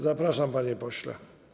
Zapraszam, panie pośle.